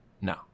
no